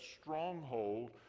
stronghold